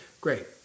Great